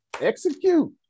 Execute